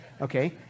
Okay